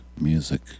music